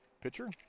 pitcher